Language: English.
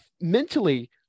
mentally